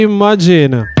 Imagine